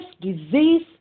disease